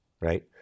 right